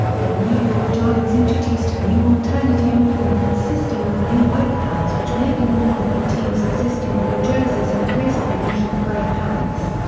the new york giants introduced a new alternate uniform consisting of new white pants which may be worn with the team's existing blue jerseys in place of the usual grey pants.